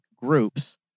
groups